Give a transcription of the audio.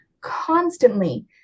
constantly